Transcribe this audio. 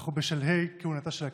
ואנחנו בשלהי כהונתה של הכנסת,